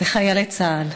וחיילי צה"ל?